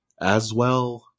Aswell